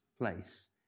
place